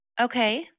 Okay